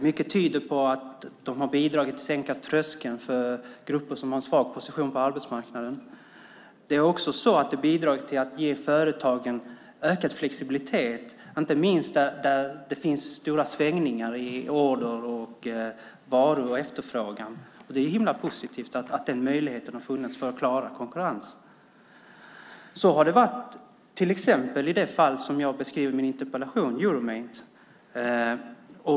Mycket tyder på att de har bidragit till att sänka tröskeln för grupper som har en svag position på arbetsmarknaden. De har bidragit till att ge företagen ökad flexibilitet, inte minst där det finns stora svängningar i order, varor och efterfrågan. Det är himla positivt att den möjligheten har funnits för att klara konkurrensen. Så har det varit till exempel i det fall som jag beskriver i min interpellation, Euromaint.